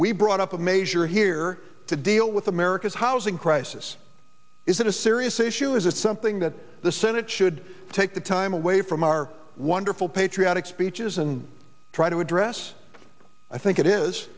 we brought up a measure here to deal with america's housing crisis is that a serious issue is it something that the senate should take the time away from our wonderful patriotic speeches and try to address i think it is